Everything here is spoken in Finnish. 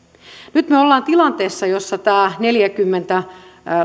nyt me olemme tilanteessa jossa tämä neljäkymmentä